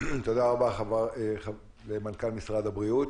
תודה רבה, מנכ"ל משרד הבריאות.